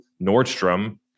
Nordstrom